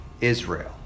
Israel